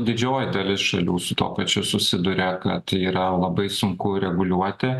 didžioji dalis šalių su tuo pačiu susiduria kad yra labai sunku reguliuoti